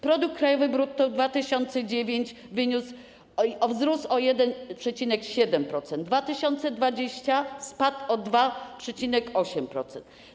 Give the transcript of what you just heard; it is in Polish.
Produkt krajowy brutto w 2009 r. wzrósł o 1,7%, w 2020 r. spadł o 2,8%.